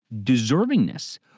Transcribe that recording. deservingness